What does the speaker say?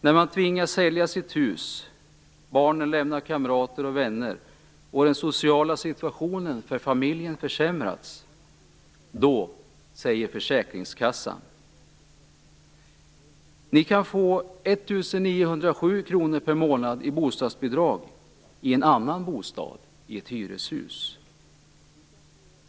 När man tvingas sälja sitt hus, när barnen måste lämna kamrater och vänner och när den sociala situationen för familjen försämrats, då säger försäkringskassan: Ni kan få 1 907 kr per månad i bostadsbidrag för en annan bostad i ett hyreshus.